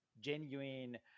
genuine